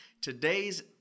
Today's